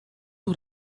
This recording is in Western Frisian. oer